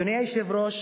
אדוני היושב-ראש,